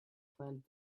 plant